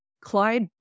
Clyde